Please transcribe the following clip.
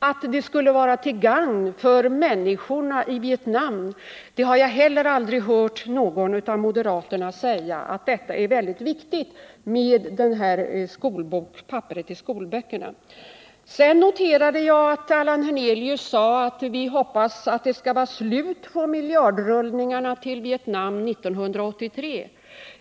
Att det är väldigt viktigt med papperet till skolböckerna, att det skulle vara till gagn för människorna i Vietnam, har jag heller aldrig hört någon av moderaterna säga. Jag noterade att Allan Hernelius sade sig hoppas att det skall vara slut på miljardrullningarna till Vietnam 1983.